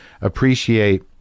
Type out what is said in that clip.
appreciate